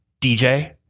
DJ